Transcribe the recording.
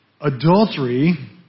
adultery